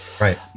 Right